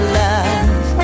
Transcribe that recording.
love